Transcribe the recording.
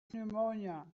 pneumonia